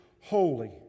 holy